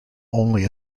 only